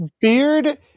Beard